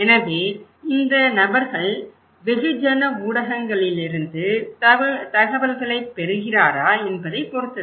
எனவே இந்த நபர் வெகுஜன ஊடகங்களிலிருந்து தகவல்களைப் பெறுகிறாரா என்பதைப் பொறுத்தது